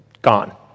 gone